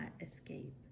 escape